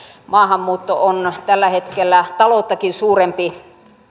maahanmuutto on tällä hetkellä talouttakin suurempi